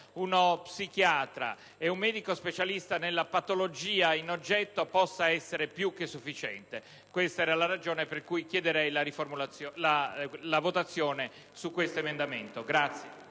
uno psichiatra e un medico specialista nella patologia in oggetto) possa essere più che sufficiente; questa è la ragione per cui chiedo la votazione di questo emendamento.